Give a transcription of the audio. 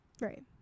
Right